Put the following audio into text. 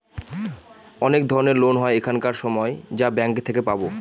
অনেক ধরনের লোন হয় এখানকার সময় যা ব্যাঙ্কে থেকে পাবো